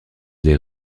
des